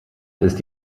ist